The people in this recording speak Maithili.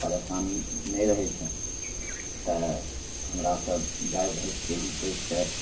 परेशानी नहि रहै छै तऽ हमरासभ गाइ भैँसके ही पोसिके